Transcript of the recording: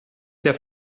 der